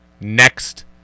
next